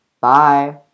Bye